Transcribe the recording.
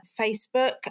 Facebook